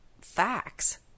facts